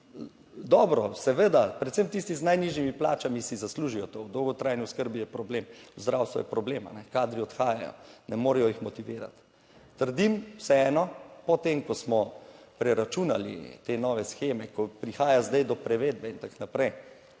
dobro, seveda predvsem tisti z najnižjimi plačami si zaslužijo to. V dolgotrajni oskrbi je problem, v zdravstvu je problem, kadri odhajajo, ne morejo jih motivirati. Trdim vseeno po tem, ko smo preračunali te nove sheme, ko prihaja zdaj do prevedbe in tako naprej,